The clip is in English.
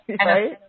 Right